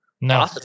No